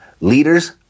Leaders